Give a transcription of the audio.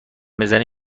بزنی